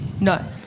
No